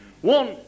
One